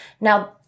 Now